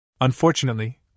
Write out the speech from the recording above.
Unfortunately